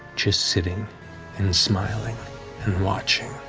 just sitting and smiling and watching.